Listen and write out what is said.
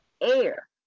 air